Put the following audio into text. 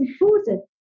important